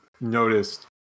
noticed